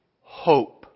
Hope